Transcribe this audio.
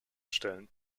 stellen